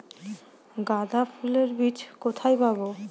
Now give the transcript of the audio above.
গাঁদা ফুলের বীজ কোথায় পাবো?